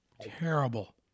Terrible